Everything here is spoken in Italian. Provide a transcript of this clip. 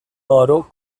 oro